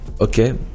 okay